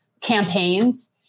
campaigns